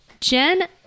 Jen